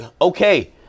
okay